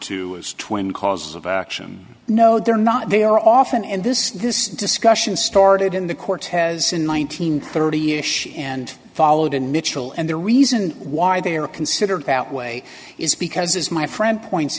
to as twin causes of action no they're not they are often and this is this discussion started in the cortez in one nine hundred thirty ish and followed in mitchell and the reason why they are considered that way is because as my friend points